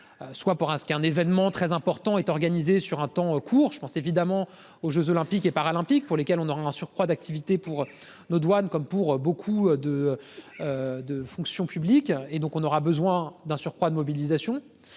Soit pour ce qui est un événement très important est organisée sur un temps court, je pense évidemment aux Jeux olympiques et paralympiques pour lesquels on aura un surcroît d'activité pour nos douanes comme pour beaucoup de. De fonction publique, et donc on aura besoin d'un surcroît de mobilisation.